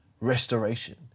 restoration